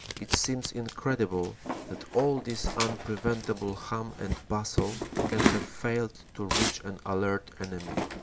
it seems incredible that all this un preventable hum and bustle can have failed to reach an alert enemy.